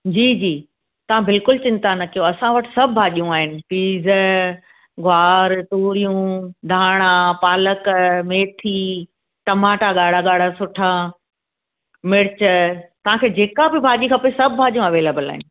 जी जी तव्हां बिल्कुलु चिंता न कयो असां वटि सभु भाॼियूं आहिनि पीज़ गुआर तुरियूं धाणा पालक मेथी टमाटा ॻाड़ा ॻाड़ा सुठा मिर्चु तव्हांखे जेका बि भाॼी खपे सभु भाॼियूं अवेलेबल आहिनि